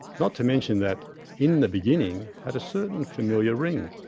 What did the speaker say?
not to mention that in the beginning had a certain familiar ring.